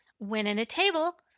when in a table,